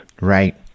Right